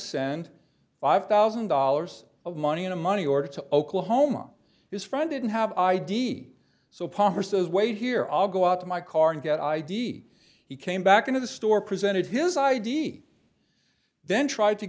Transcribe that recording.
send five thousand dollars of money in a money order to oklahoma his friend didn't have id so palmer says wait here i'll go out to my car and get id he came back into the store presented his id then tried to